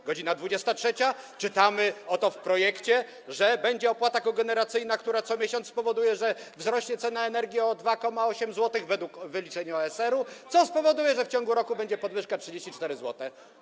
O godz. 23 czytamy w projekcie, że będzie opłata kogeneracyjna, która co miesiąc spowoduje, że wzrośnie cena energii o 2,8 zł, według wyliczeń OSR, co spowoduje, że w ciągu roku będzie podwyżka 34 zł.